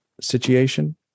situation